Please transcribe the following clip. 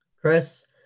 Chris